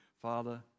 Father